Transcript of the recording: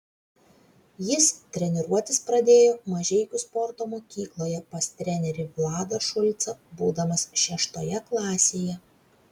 jis treniruotis pradėjo mažeikių sporto mokykloje pas trenerį vladą šulcą būdamas šeštoje klasėje